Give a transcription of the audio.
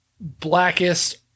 blackest